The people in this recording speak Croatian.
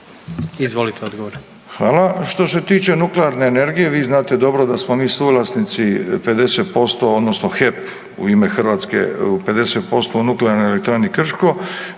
Izvolite odgovor. **Milatić, Ivo** Što se tiče nuklearne energije vi znate dobro da smo mi suvlasnici 50% odnosno HEP u ime Hrvatske 50% u Nuklearnoj elektrani Krško